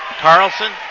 Carlson